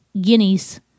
guineas